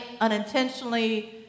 unintentionally